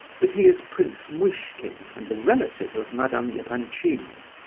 that he is prince muishkin and a relative of madame yeah epanchin's.